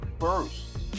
first